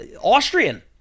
Austrian